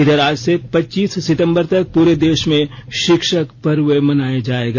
इधर आज से पच्चीस सितंबर तक पूरे देश में शिक्षक पर्व मनाया जाएगा